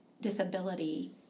disability